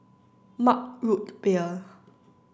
mug root beer